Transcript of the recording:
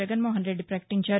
జగన్ మోహన్ రెడ్డి ప్రకటించారు